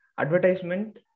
advertisement